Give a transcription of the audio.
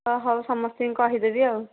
ହଁ ହଉ ସମସ୍ତଙ୍କୁ କହିଦେବି ଆଉ